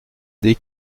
des